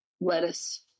lettuce